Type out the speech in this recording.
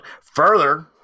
Further